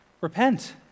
Repent